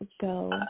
go